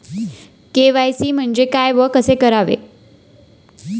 KYC म्हणजे काय व कसे करावे?